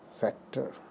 factor